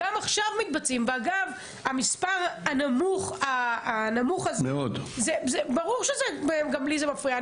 אגב, המספר הנמוך הזה, ברור שגם לי זה מפריע.